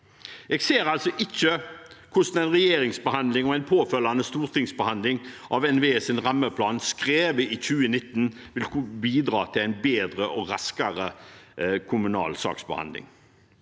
Jeg ser ikke hvordan en regjeringsbehandling og en påfølgende stortingsbehandling av NVEs rammeplan skrevet i 2019 vil bidra til en bedre og raskere kommunal saksbehandling.